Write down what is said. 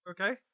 Okay